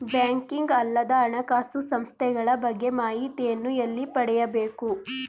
Banking ಅಲ್ಲದ ಹಣಕಾಸು ಸಂಸ್ಥೆಗಳ ಬಗ್ಗೆ ಮಾಹಿತಿಯನ್ನು ಎಲ್ಲಿ ಪಡೆಯಬೇಕು?